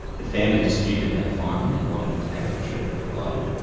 the family disputed that finding and wanted active treatment provided,